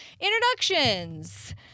introductions